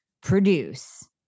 produce